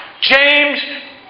James